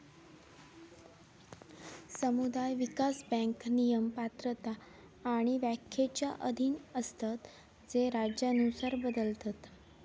समुदाय विकास बँक नियम, पात्रता आणि व्याख्येच्या अधीन असतत जे राज्यानुसार बदलतत